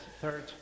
third